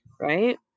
right